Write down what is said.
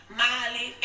molly